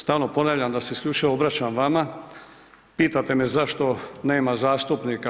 Stalno ponavljam da se isključivo obraćam vama, pitate me zašto nema zastupnika.